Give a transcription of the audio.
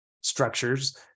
structures